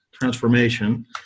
transformation